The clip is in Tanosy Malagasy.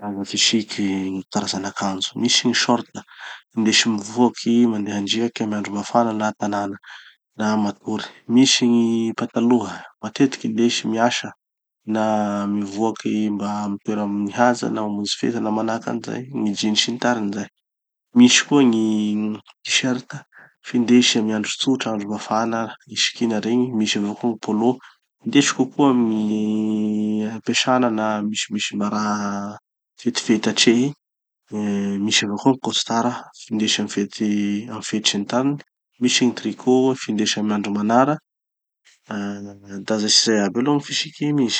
Lamba fisiky, gny karazan'akanjo. Misy gny short, indesy mivoaky mandeha andriaky amy andro mafana na antanana na matory. Misy gny pataloha, matetiky indesy miasa na mivoaky mba amy toera mihaja na mamonjy fety na manahaky anizay. Gny jeans sy ny tariny zay. Misy koa gny t-shirt, findesy amy andro tsotsa, andro mafana, isikina regny. Misy avao koa gny polo, indesy kokoa amy gny ampesana na misy misy mba raha fetifety atrehy. Misy avao koa gny costard findesy amy fety amy fety sy ny tariny. Misy gny tricot findesy amy andro manara. Ah Da zay sy zay aby aloha gny fisiky misy.